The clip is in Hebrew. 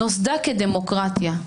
נוסדה כדמוקרטיה,